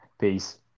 peace